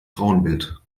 frauenbild